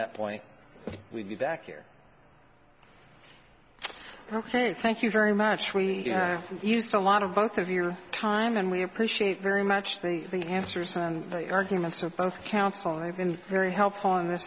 that point we'll be back here ok thank you very much we used a lot of both of your time and we appreciate very much the answers and the arguments or both counsel i've been very helpful in this